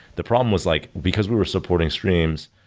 the problem was like because we were supporting streams,